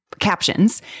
captions